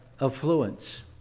affluence